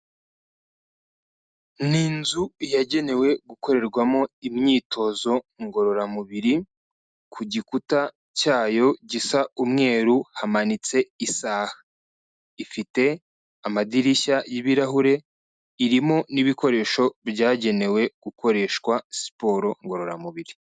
Ni inzu yagenewe gukorerwamo imyitozo ngororamubiri, ku gikuta cyayo gisa umweru hamanitse isaha, ifite amadirishya y'ibirahure, irimo n'ibikoresho byagenewe gukoreshwa siporo ngororamubiri.